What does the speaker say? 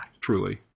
Truly